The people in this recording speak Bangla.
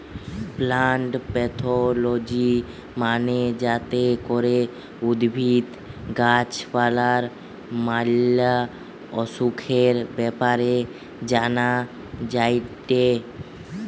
প্লান্ট প্যাথলজি মানে যাতে করে উদ্ভিদ, গাছ পালার ম্যালা অসুখের ব্যাপারে জানা যায়টে